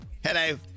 Hello